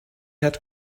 had